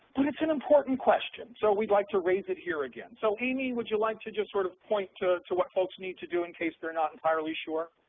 it's an important question so we'd like to raise it here again. so, amy, would you like to just sort of point to to what folks need to do in case they're not entirely sure?